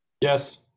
Yes